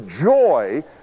joy